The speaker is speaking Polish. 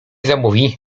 zamówi